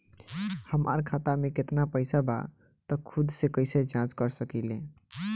हमार खाता में केतना पइसा बा त खुद से कइसे जाँच कर सकी ले?